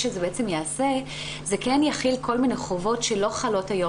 החלת תקנה 9 תכיל כל מיני חובות שלא חלות היום